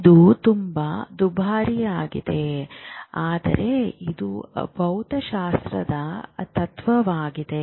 ಇದು ತುಂಬಾ ದುಬಾರಿಯಾಗಿದೆ ಆದರೆ ಇದು ಭೌತಶಾಸ್ತ್ರದ ತತ್ವವಾಗಿದೆ